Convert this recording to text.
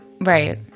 Right